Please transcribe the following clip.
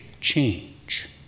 change